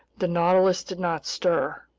the nautilus did not stir.